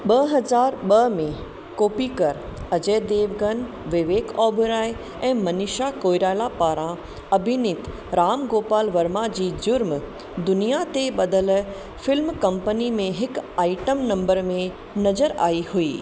ॿ हज़ार ॿ में कोप्पिकर अजय देवगन विवेक ओबेरॉय ऐं मनीषा कोइराला पारां अभिनीतु राम गोपाल वर्मा जी जुर्मु दुनिया ते ब॒धलु फ़िल्म कंपनी में हिकु आइटम नंबर में नज़रु आई हुई